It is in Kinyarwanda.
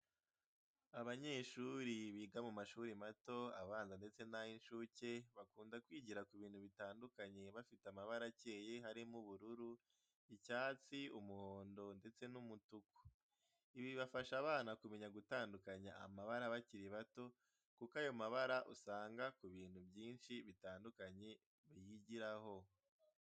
Abanyeshuri biga mu mashuri mato abanza ndetse nay'incuke, bakunda kwigira ku bintu bitandukanye bifite amabara akeye harimo ubururu, icyatsi, umuhondo, ndetse n'umutuku. Ibi bifasha abana kumenya gutandukanya amabara bakiri bato, kuko ayo mabara usanga ku bintu byinshi bitandukanye biyagiraho.